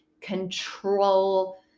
control